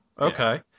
Okay